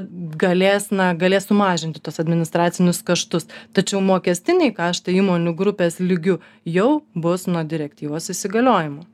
galės na galės sumažinti tuos administracinius kaštus tačiau mokestiniai kaštai įmonių grupės lygiu jau bus nuo direktyvos įsigaliojimo